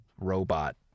robot